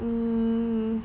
um